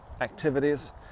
activities